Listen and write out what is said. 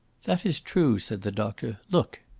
that is true, said the doctor. look!